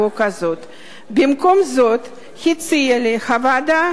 במקום זאת הציעה לי הוועדה